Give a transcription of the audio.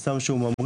זה סם שהוא ממריץ,